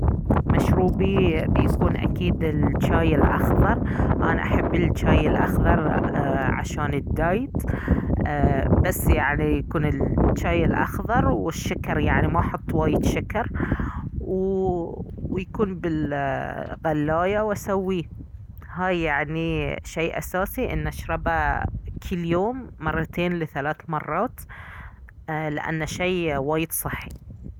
مشروبي بيكون اكيد الجاي الأخضر انا احب الجاي الأخضر ايه عشان الدايت ايه بس يعني يكون الجاي الأخضر والشكر ما احط وايد شكر و ويكون بالغلاية واسويه، هاي يعني شي اساسي ان اشربه كل يوم مرتين لثلاث مرات ايه لأنه شي وايد صحي